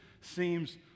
seems